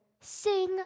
sing